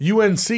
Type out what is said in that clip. UNC